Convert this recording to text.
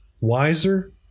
wiser